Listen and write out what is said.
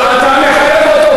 אתה מחייב אותו,